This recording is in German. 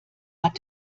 hat